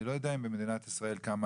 אני לא יודע עד כמה במדינת ישראל כמה